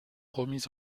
remise